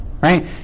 right